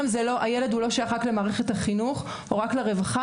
הילד לא שייך רק למערכת החינוך או רק לרווחה